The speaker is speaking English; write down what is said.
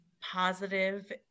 positive